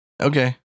Okay